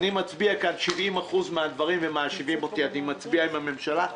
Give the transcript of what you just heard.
אני מצביע כאן על 70% מהדברים ומאשימים אותי עם הממשלה.